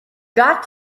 got